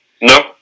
No